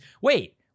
wait